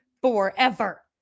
forever